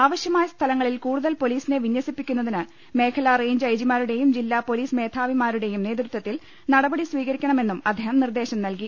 ആവശ്യമായ സ്ഥലങ്ങളിൽ കൂടുതൽ പൊലീസിനെ വിന്യസിപ്പിക്കുന്നതിന് മേഖലാ റേഞ്ച് ഐജി മാരുടെയും ജില്ലാ പൊലീസ് മേധാവിമാരുടെയും നേതൃത്വത്തിൽ നടപടി സ്വീകരിക്കണമെന്നും അദ്ദേഹം നിർദേശം നൽകി